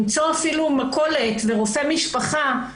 למצוא אפילו מכולת ורופא משפחה.